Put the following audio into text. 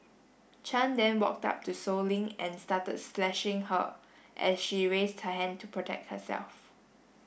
chan then walked up to Sow Lin and started slashing her as she raised her hand to protect herself